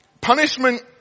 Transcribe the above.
punishment